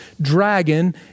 dragon